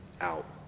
out